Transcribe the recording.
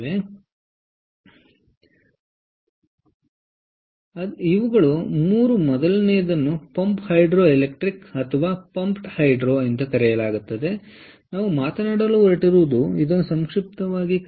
ಆದ್ದರಿಂದ ಇವುಗಳು 3 ಮೊದಲನೆಯದನ್ನು ಪಂಪ್ಡ್ ಹೈಡ್ರೊ ಎಲೆಕ್ಟ್ರಿಕ್ ಅಥವಾ ಪಂಪ್ಡ್ ಹೈಡ್ರೊ ಎಂದು ಕರೆಯಲಾಗುತ್ತದೆ ನಾವು ಮಾತನಾಡಲು ಹೊರಟಿರುವುದು ಇದನ್ನು ಸಂಕ್ಷಿಪ್ತವಾಗಿ ಕರೆಯಿರಿ